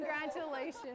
Congratulations